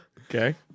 Okay